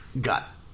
got